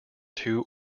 two